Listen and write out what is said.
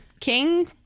King